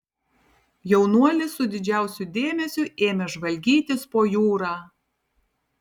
jaunuolis su didžiausiu dėmesiu ėmė žvalgytis po jūrą